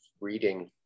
reading